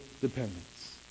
dependence